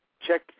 check